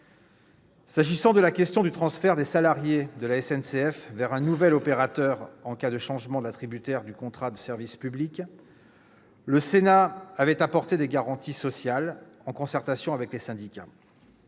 qui est de la question du transfert des salariés de la SNCF vers un nouvel opérateur en cas de changement d'attributaire d'un contrat de service public, le Sénat avait apporté des garanties sociales, en concertation avec les syndicats.